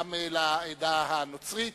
גם לעדה הנוצרית.